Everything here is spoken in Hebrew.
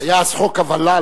היה אז חוק הוול"ל.